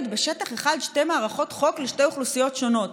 בשטח אחד שתי מערכות חוק לשתי אוכלוסיות שונות.